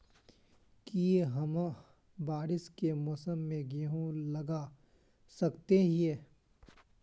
की हम बारिश के मौसम में गेंहू लगा सके हिए?